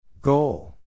Goal